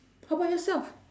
how about yourself